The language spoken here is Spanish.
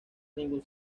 ningún